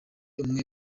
amwe